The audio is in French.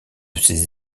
ces